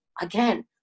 again